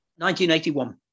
1981